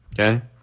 Okay